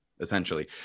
Essentially